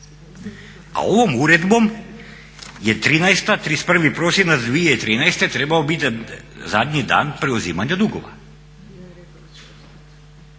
a ovom uredbom je '13., 31.prosinac 2013. trebao biti zadnji dan preuzimanja dugova.